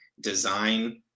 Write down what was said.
design